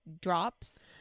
drops